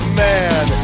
man